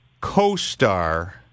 co-star